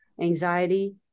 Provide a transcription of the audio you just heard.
anxiety